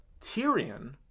Tyrion